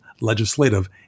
legislative